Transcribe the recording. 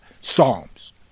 Psalms